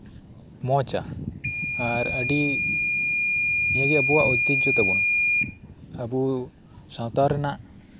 ᱢᱚᱪ ᱟ ᱟᱨ ᱟᱹᱰᱤ ᱱᱤᱭᱟᱹᱜᱤ ᱟᱵᱩᱣᱟᱜ ᱳᱭᱛᱤᱡᱚ ᱛᱟᱵᱩᱱ ᱟᱵᱩ ᱥᱟᱶᱛᱟ ᱨᱮᱱᱟᱜ